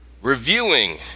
Reviewing